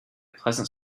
pleasant